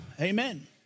Amen